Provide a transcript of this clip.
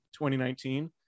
2019